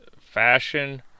fashion